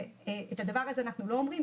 ואת הדבר הזה אנחנו לא אומרים,